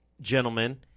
gentlemen